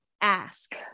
ask